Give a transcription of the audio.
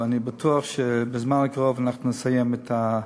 ואני בטוח שבזמן הקרוב אנחנו נסיים את הוויכוחים.